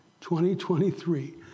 2023